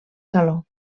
saló